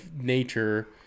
nature